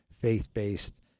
faith-based